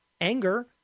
Anger